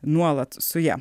nuolat su ja